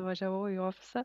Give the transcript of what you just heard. nuvažiavau į ofisą